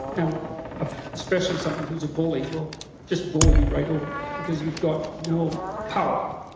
um ah especially someone who's a bully will just bully you right over because you've got no power.